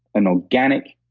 an organic